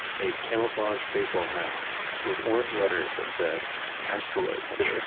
a camouflage baseball hat with orange letters that said asteroid honey